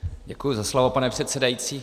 Děkuji za slovo, pane předsedající.